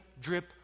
drip